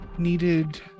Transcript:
needed